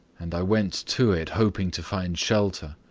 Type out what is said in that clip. and i went to it hoping to find shelter.